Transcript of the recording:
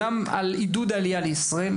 גם על עידוד עלייה לישראל,